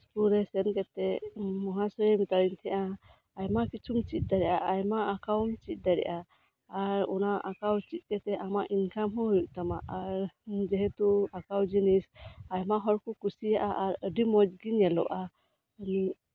school ᱨᱮ ᱥᱮᱱ ᱠᱟᱛᱮᱫ ᱢᱚᱦᱟᱥᱚᱭᱮ ᱢᱮᱛᱟᱫᱤᱧ ᱛᱟᱦᱮᱸᱜᱼᱟ ᱟᱭᱢᱟ ᱠᱤᱪᱷᱩᱢ ᱪᱮᱫ ᱫᱟᱲᱮᱭᱟᱜᱼᱟ ᱟᱭᱢᱟ ᱟᱸᱠᱟᱣ ᱮᱢ ᱪᱮᱫ ᱫᱟᱲᱮᱭᱟᱜᱼᱟ ᱟᱨ ᱚᱱᱟ ᱟᱸᱠᱟᱣ ᱪᱮᱫ ᱠᱟᱛᱮᱜ ᱟᱢᱟᱜ ᱤᱱᱠᱟᱢ ᱦᱚᱸ ᱦᱩᱭᱩᱜ ᱛᱟᱢᱟ ᱟᱨ ᱡᱮᱦᱮᱛᱩ ᱟᱸᱠᱟᱣ ᱡᱤᱱᱤᱥ ᱟᱭᱢᱟ ᱦᱚᱲ ᱠᱚ ᱠᱩᱥᱤᱭᱟᱜᱼᱟ ᱟᱨ ᱟᱰᱤ ᱢᱚᱸᱡᱽ ᱜᱮ ᱧᱮᱞᱚᱜᱼᱟ